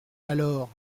alors